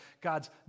God's